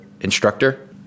instructor